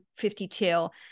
52